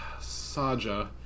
Saja